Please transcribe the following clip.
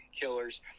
killers